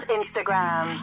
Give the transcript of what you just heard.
Instagram